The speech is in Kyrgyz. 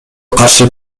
каршы